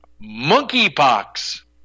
monkeypox